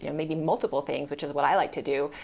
you know maybe multiple things, which is what i like to do.